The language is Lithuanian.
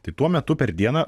tai tuo metu per dieną